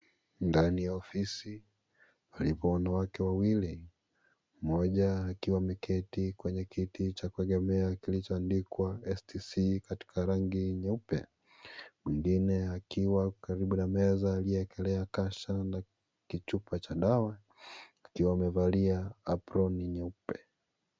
Ndani ya ofisi, palipo wanawake wawili, mmoja akiwa ameketi kwenye kiti cha kuegemea kilichoandikwa (cs) STC (cs)katika rangi nyeupe , mwengine akiwa karibu na meza aliyeekelea kasha la kichupa cha dawa akiwa amevalia aproni nyeupe.